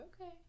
okay